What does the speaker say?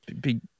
big